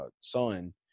son